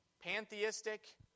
pantheistic